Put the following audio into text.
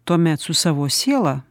tuomet su savo siela